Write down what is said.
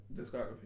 discography